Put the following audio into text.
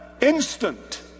instant